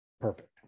perfect